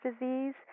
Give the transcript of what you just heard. disease